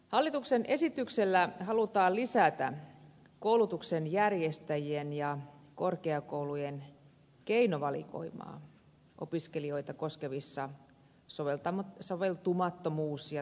hallituksen esityksellä halutaan lisätä korkeakoulujen ja muiden koulutuksen järjestäjien keinovalikoimaa opiskelijoita koskevissa soveltumattomuus ja turvallisuuskysymyksissä